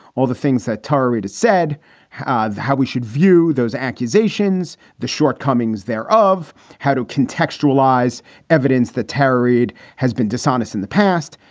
all the things that tara reid said have how we should view those accusations, the shortcomings there of how to contextualize evidence that tarried has been dishonest in the past.